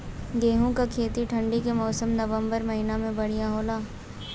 गेहूँ के खेती ठंण्डी के मौसम नवम्बर महीना में बढ़ियां होला?